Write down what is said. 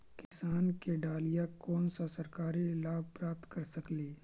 किसान के डालीय कोन सा सरकरी लाभ प्राप्त कर सकली?